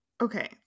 okay